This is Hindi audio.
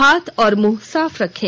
हाथ और मुंह साफ रखें